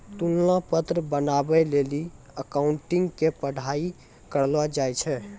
तुलना पत्र बनाबै लेली अकाउंटिंग के पढ़ाई करलो जाय छै